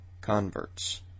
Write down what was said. converts